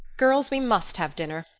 girls, we must have dinner.